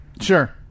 Sure